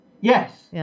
Yes